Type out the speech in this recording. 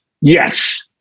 Yes